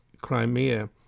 Crimea